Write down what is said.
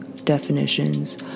definitions